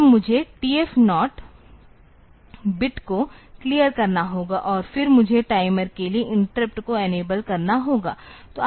तब मुझे TF0 bit को क्लियर करना होगा और फिर मुझे टाइमर के लिए इंटरप्ट को इनेबल करना होगा